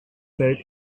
felt